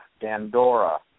Dandora